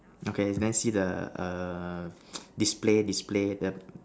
okay then see the err display display the